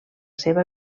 seva